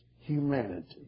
humanity